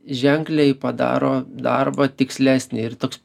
ženkliai padaro darbą tikslesnį ir toks